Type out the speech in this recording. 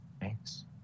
Thanks